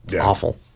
awful